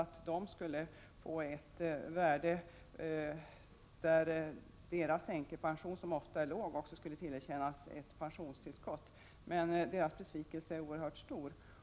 1987/88:67 varvid deras änkepension, som ofta är låg, skulle kompletteras med ett 11 februari 1988 pensionstillskott. Deras besvikelse är nu oerhört stor.